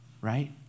right